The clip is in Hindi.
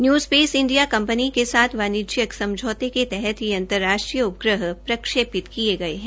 न्यू स्पेस इंडिया कंपनी के साथ वाणिज्यिक समझौते के तहत ये अंतर राष्ट्रीय उपग्रह प्रक्षेपित किए गये है